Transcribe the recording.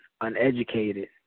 uneducated